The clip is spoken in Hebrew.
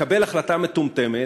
לקבל החלטה מטומטמת,